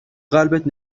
قلبت